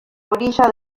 orilla